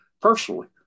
personally